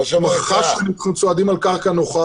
עסק שהוא מקום ציבורי,